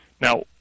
Now